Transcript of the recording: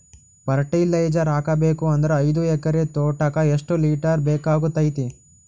Fertiliser ಹಾಕಬೇಕು ಅಂದ್ರ ಐದು ಎಕರೆ ತೋಟಕ ಎಷ್ಟ ಲೀಟರ್ ಬೇಕಾಗತೈತಿ?